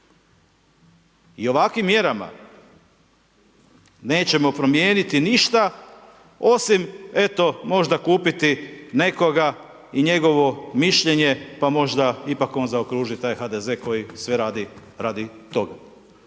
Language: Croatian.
I ovakvim mjerama nećemo promijeniti ništa, osim eto možda kupiti nekoga i njegovo mišljenje, pa možda ipak on zaokruži taj HDZ koji sve radi radi toga.